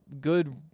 good